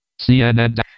CNN